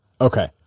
Okay